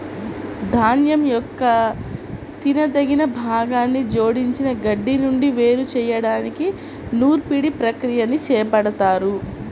ధాన్యం యొక్క తినదగిన భాగాన్ని జోడించిన గడ్డి నుండి వేరు చేయడానికి నూర్పిడి ప్రక్రియని చేపడతారు